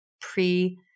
pre